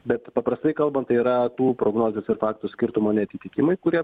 bet paprastai kalbant tai yra tų prognozės ir faktų skirtumo neatitikimai kurie